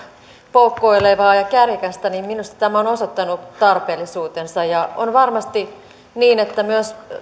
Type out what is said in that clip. poukkoilevaa ja kärjekästä osoittanut tarpeellisuutensa ja on varmasti niin että myös